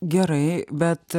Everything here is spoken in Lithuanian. gerai bet